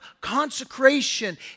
consecration